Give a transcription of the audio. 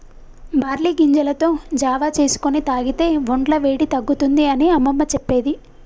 barley గింజలతో జావా చేసుకొని తాగితే వొంట్ల వేడి తగ్గుతుంది అని అమ్మమ్మ చెప్పేది